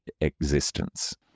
existence